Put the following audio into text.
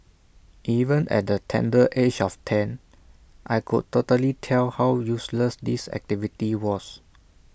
even at the tender age of ten I could totally tell how useless this activity was